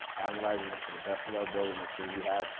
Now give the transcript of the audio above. analyzing it to the best of our ability and the tools we have,